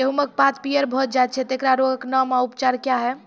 गेहूँमक पात पीअर भअ जायत छै, तेकरा रोगऽक नाम आ उपचार क्या है?